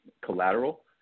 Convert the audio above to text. collateral